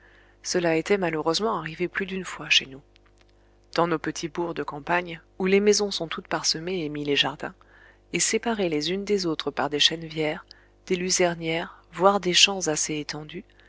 cela était malheureusement arrivé plus d'une fois chez nous dans nos petits bourgs de campagne où les maisons sont toutes parsemées emmi les jardins et séparées les unes des autres par des chènevières des luzernières voire des champs assez étendus